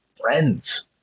friends